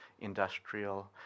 industrial